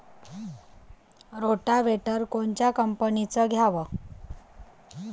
Rotavator कोनच्या कंपनीचं घ्यावं?